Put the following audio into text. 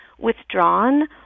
withdrawn